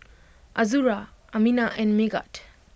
Azura Aminah and Megat